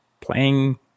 playing